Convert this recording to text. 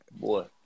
Boy